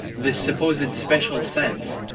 this supposed special sense,